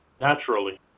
naturally